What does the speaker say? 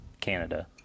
Canada